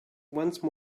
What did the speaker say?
once